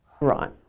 right